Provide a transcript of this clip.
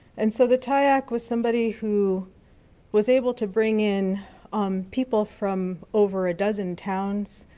and so the tayac was somebody who was able to bring in um people from over a dozen towns,